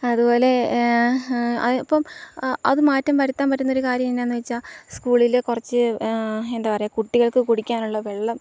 അതുപോലെ ഇപ്പോള് അതു മാറ്റം വരുത്താൻ പറ്റുന്നൊരു കാര്യമെന്താണെന്നുവച്ചാല് സ്കൂളില് കുറച്ച് എന്താണു പറയുക കുട്ടികൾക്കു കുടിക്കാനുള്ള വെള്ളം